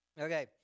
Okay